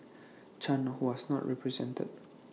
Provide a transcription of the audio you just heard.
chan who was not represented